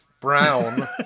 brown